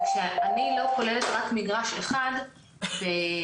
וכשאני לא כוללת רק מגרש אחד בתכנית,